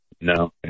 No